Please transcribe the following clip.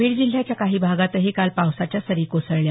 बीड जिल्ह्याच्या काही भागातही काल पावसाच्या सरी कोसळल्या